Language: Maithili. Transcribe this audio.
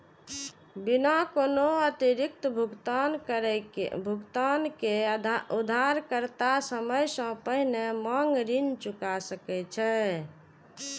बिना कोनो अतिरिक्त भुगतान के उधारकर्ता समय सं पहिने मांग ऋण चुका सकै छै